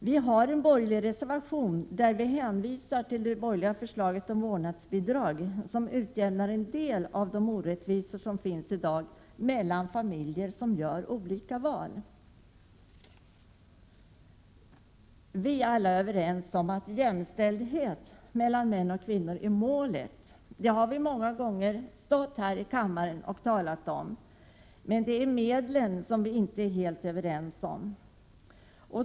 Vi i de borgerliga partierna hänvisar i en reservation till det borgerliga förslaget om vårdnadsbidrag, vilket utjämnar en del av de orättvisor som i dag finns mellan familjer som gör olika val. Vi är alla överens om att jämställdhet mellan män och kvinnor är målet — det har vi många gånger stått här i kammaren och talat om. Det är medlen som vi inte är helt överens om.